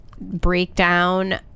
breakdown